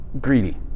Greedy